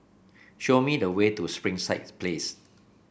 show me the way to Springside Place